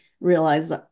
realize